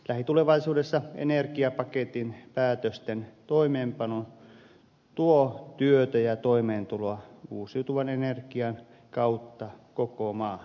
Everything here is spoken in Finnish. lähitulevaisuudessa energiapaketin päätösten toimeenpano tuo työtä ja toimeentuloa uusiutuvan energian kautta koko maahan